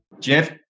jeff